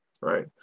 right